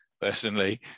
personally